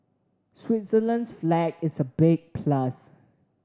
Switzerland's flag is a big plus